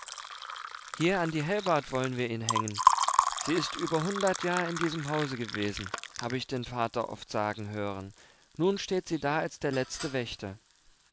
hier an die helbart wollen wir ihn hängen sie ist über hundert jahr in diesem hause gewesen habe ich den vater oft sagen hören nun steht sie da als der letzte wächter